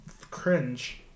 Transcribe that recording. cringe